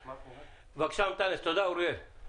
תודה, אוריאל.